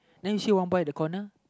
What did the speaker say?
then you see one boy at the corner